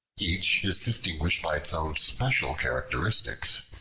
each is distinguished by its own special characteristics.